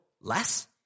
less